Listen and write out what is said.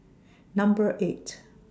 Number eight